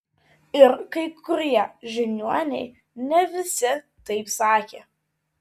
ir kai kurie žiniuoniai ne visi taip sakė